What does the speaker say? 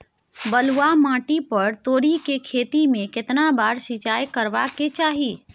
बलुआ माटी पर तोरी के खेती में केतना बार सिंचाई करबा के चाही?